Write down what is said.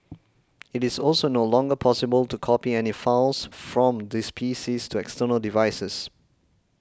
it is also no longer possible to copy any files from these PCs to external devices